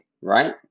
right